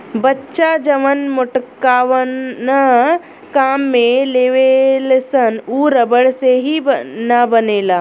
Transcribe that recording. बच्चा जवन मेटकावना काम में लेवेलसन उ रबड़ से ही न बनेला